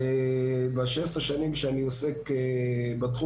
ב-16 השנים שאני עוסק בתחום,